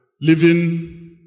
living